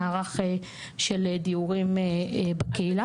מערך של דיורים בקהילה.